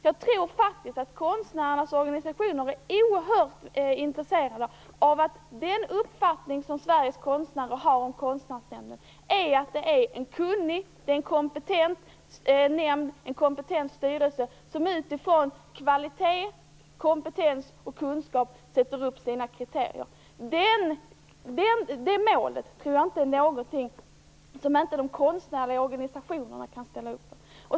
Jag tror att de är oerhört intresserade av att uppfattningen som Sveriges konstnärer har om Konstnärsnämnden är att den är en kunnig och kompetent nämnd med en kunnig och kompetent styrelse som utifrån kvalitet, kompetens och kunskap sätter upp sina kriterier. Det målet tror jag inte är någonting som inte de konstnärliga organisationerna kan ställa upp på.